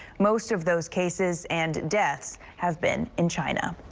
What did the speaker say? most of those cases and deaths have been in china.